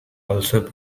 also